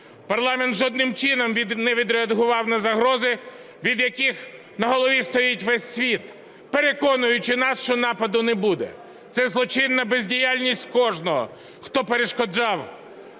Парламент жодним чином не відреагував на загрози, від яких на голові стоїть весь світ, переконуючи нас, що нападу не буде. Це злочинна бездіяльність кожного, хто перешкоджав